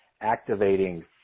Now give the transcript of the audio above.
activating